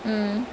like